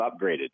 upgraded